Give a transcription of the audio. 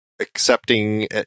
accepting